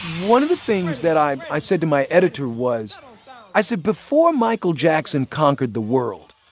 one of the things that i i said to my editor was i said, before michael jackson conquered the world,